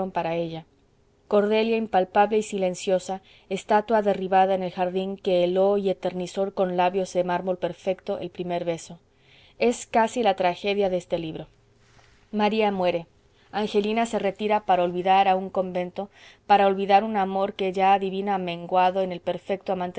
para ella cordelia impalpable y silenciosa estatua derribada en el jardín que heló y eternizó con labios de mármol perfecto el primer beso es casi la tragedia de este libro maría muere angelina se retira para olvidar a un convento para olvidar un amor que ya adivina amenguado en el perfecto